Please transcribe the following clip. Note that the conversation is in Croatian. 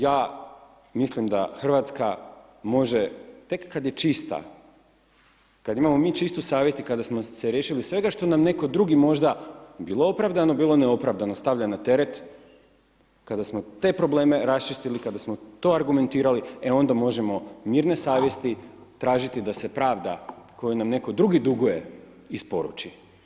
Ja mislim da Hrvatska može tek kad je čista, kad imamo mi čistu savjest i kada smo se riješili svega što nam netko drugi možda bilo opravdano bilo neopravdano stavlja na teret, kada smo te probleme raščistili, kada smo to argumentirali, e onda možemo mirne savjesti tražiti da se pravda koju nam netko drugi duguje, isporuči.